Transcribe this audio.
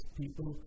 people